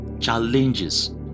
challenges